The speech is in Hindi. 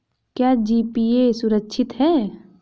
क्या जी.पी.ए सुरक्षित है?